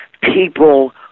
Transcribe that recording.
people